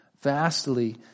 Vastly